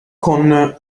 con